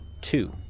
two